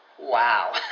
Wow